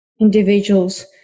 individuals